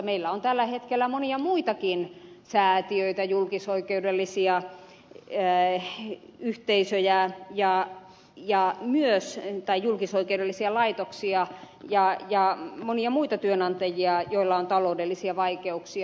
meillä on tällä hetkellä monia muitakin säätiöitä julkisoikeudellisia yhteisöjä tai julkisoikeudellisia laitoksia ja monia muita työnantajia joilla on taloudellisia vaikeuksia